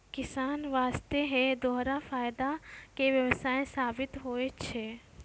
किसान वास्तॅ है दोहरा फायदा के व्यवसाय साबित होय छै